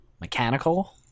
mechanical